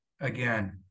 again